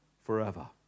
forever